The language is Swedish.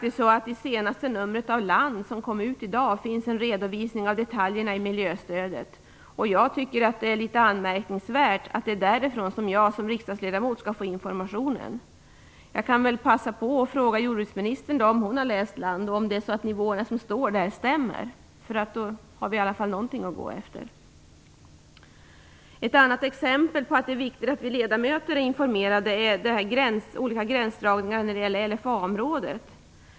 I det senaste numret av Land, som kommer ut i dag, finns en redovisning av detaljerna i miljöstödet, och jag tycker att det är litet anmärkningsvärt att det är därifrån som jag som riksdagsledamot skall få informationen. Jag kan väl passa på att fråga jordbruksministern om hon har läst Land och om det som står där stämmer. Då har vi i alla fall någonting att gå efter. Ett annat exempel på att det är viktigt att vi ledamöter är informerade är olika gränsdragningar när det gäller LFA-området.